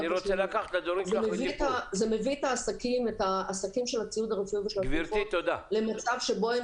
זה מביא את העסקים של הציוד הרפואי ושל התרופות למצב שבו הם